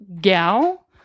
gal